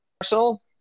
Arsenal